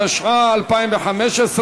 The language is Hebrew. התשע"ה 2015,